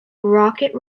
rocket